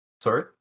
Sorry